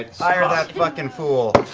ah hire that fucking fool!